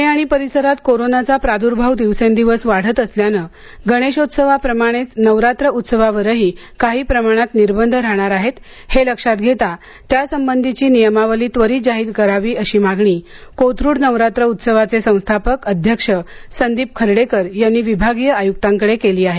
पुणे आणि परिसरात कोरोनाचा प्रादुर्भाव दिवसेंदिवस वाढत असल्यानं गणेशोत्सवाप्रमाणेच नवरात्र उत्सवावरही काही प्रमाणात निर्बंध राहणार आहेत हे लक्षात घेता त्यासंबंधीची नियमावली त्वरित जाहीर करावी अशी मागणी कोथरूड नवरात्र उत्सवाचे संस्थापक अध्यक्ष संदीप खर्डेकर यांनी विभागीय आयुक्तांकडे केली आहे